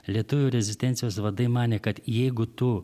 lietuvių rezistencijos vadai manė kad jeigu tu